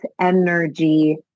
energy